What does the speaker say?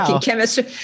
chemistry